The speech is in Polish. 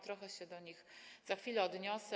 Trochę się do nich za chwilę odniosę.